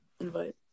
invite